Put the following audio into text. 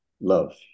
love